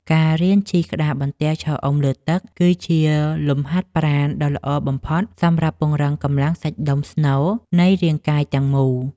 ការរៀនជិះក្តារបន្ទះឈរអុំលើទឹក គឺជាលំហាត់ប្រាណដ៏ល្អបំផុតសម្រាប់ពង្រឹងកម្លាំងសាច់ដុំស្នូលនៃរាងកាយទាំងមូល។